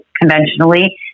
conventionally